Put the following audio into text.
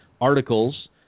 articles